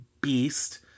beast